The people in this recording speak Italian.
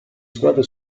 squadre